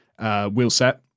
wheelset